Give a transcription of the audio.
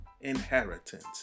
inheritance